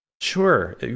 Sure